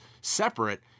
separate